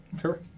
Sure